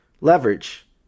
leverage